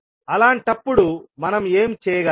అలాంటప్పుడు మనం ఏమి చేయగలం